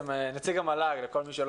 נציג המועצה